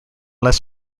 less